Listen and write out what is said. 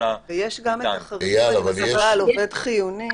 יש גם החריגים על עובד חיוני,